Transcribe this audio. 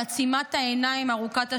על עצימת העיניים ארוכת השנים.